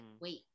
wait